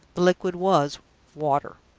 the liquid was water.